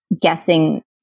guessing